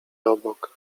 obok